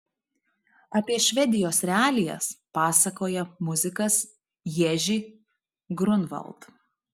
apie švedijos realijas pasakoja muzikas ježy grunvald